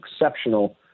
exceptional